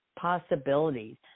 possibilities